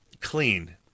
clean